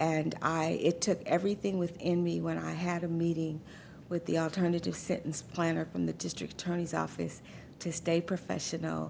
and i it took everything within me when i had a meeting with the alternative sit ins plan or from the district attorney's office to stay professional